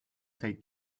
take